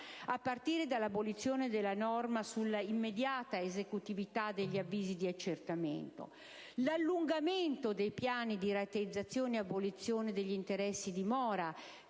(a partire dall'abolizione della norma sull'immediata esecutività degli avvisi di accertamento); l'allungamento dei piani di rateizzazione e abolizione degli interessi di mora